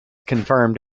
confirmed